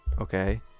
Okay